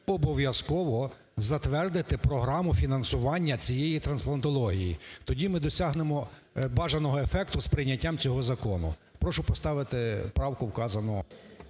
обов'язково затвердити програму фінансування цієї трансплантології, тоді ми досягнемо бажаного ефекту з прийняттям цього закону. Прошу поставити правку вказану.